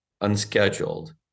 unscheduled